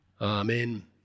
Amen